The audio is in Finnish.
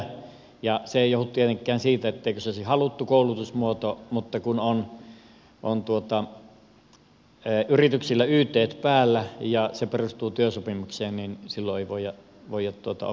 se ei johdu tietenkään siitä etteikö se olisi haluttu koulutusmuoto mutta kun yrityksillä on ytt päällä ja se perustuu työsopimukseen niin silloin ei voida oppisopimuskoulutuksella ottaa